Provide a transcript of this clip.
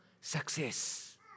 Success